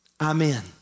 Amen